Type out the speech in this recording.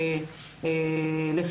גבירותיי,